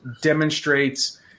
demonstrates